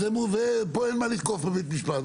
ופה אין מה לתקוף בבית המשפט.